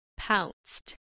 Pounced